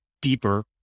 deeper